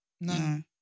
no